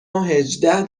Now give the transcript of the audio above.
هجده